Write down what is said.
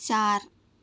چار